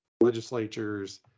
legislatures